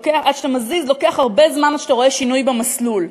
כשאתה מזיז לוקח הרבה זמן עד שאתה רואה שינוי במסלול.